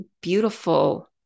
beautiful